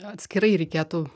atskirai reikėtų